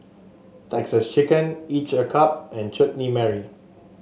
Texas Chicken each a cup and Chutney Mary